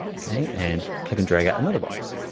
okay? and click and drag yeah another box.